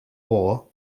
war